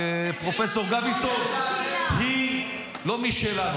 על פרופ' גביזון, היא לא משלנו.